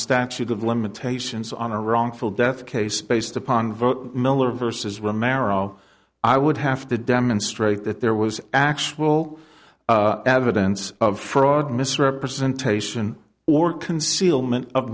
statute of limitations on a wrongful death case based upon vote miller vs were mero i would have to demonstrate that there was actual evidence of fraud misrepresentation or concealment of